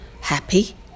happy